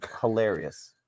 hilarious